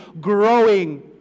growing